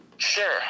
Sure